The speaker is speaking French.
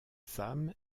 sam